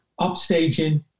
Upstaging